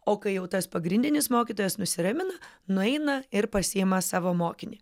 o kai jau tas pagrindinis mokytojas nusiramina nueina ir pasiima savo mokinį